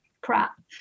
crap